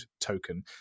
token